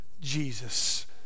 Jesus